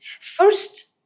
first